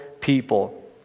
people